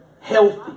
healthy